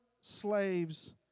slaves